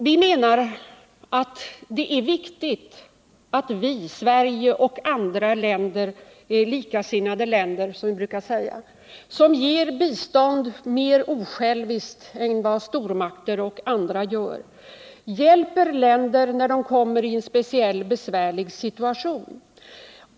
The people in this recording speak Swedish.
Vi menar att det är viktigt att Sverige och andra likasinnande länder — som vi brukar säga — som ger bistånd mer osjälviskt än vad stormakterna gör, hjälper andra länder när de kommer i en besvärlig situation.